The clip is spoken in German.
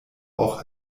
auch